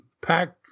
packed